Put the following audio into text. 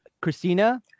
Christina